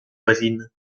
voisines